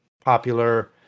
popular